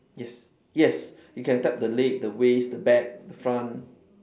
yes yes you can tap the leg the waist the back the front